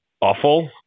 awful